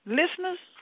listeners